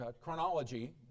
chronology